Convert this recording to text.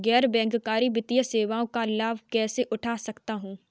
गैर बैंककारी वित्तीय सेवाओं का लाभ कैसे उठा सकता हूँ?